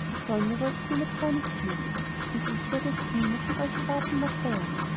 zur sonne wolltet ihr mir zwar nicht fliegen und ich werde es auch nie mehr von euch erwarten noch verlangen